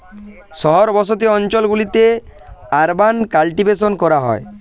শহর বসতি অঞ্চল গুলিতে আরবান কাল্টিভেশন করা হয়